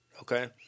Okay